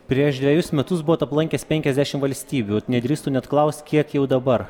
prieš dvejus metus buvot aplankęs penkiasdešimt valstybių nedrįstu net klaust kiek jau dabar